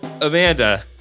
Amanda